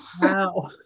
Wow